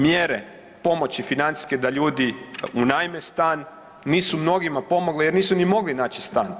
Mjere pomoći financijske da ljudi unajme stan nisu mnogima pomogli jer nisu ni mogli naći stan.